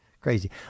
Crazy